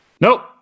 Nope